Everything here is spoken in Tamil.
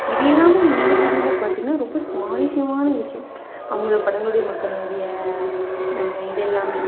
இது எல்லாம் நீலகிரியில் பார்த்தீங்கனா ரொம்ப சுவாரஸ்யமான விஷயம் அவங்கள் பழங்குடியின மக்களினுடைய இந்த மெ இது எல்லாம்